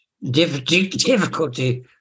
Difficulty